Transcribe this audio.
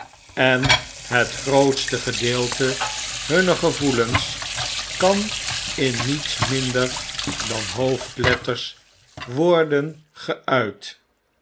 en het grootste gedeelte hunner gevoelens kan in niets minder dan hoofdletters worden geuit